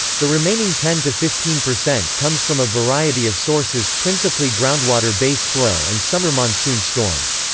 the remaining ten to fifteen percent comes from a variety of sources, principally groundwater base flow and summer monsoon storms.